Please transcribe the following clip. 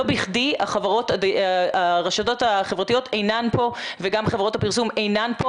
לא בכדי הרשתות החברתיות אינן פה וגם חברות הפרסום אינן פה.